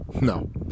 No